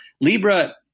Libra